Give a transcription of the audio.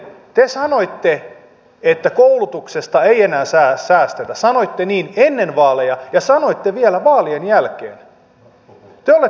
arvoisa ministeri te sanoitte että koulutuksesta ei enää säästetä sanoitte niin ennen vaaleja ja sanoitte vielä vaalien jälkeen